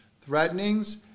threatenings